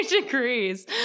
degrees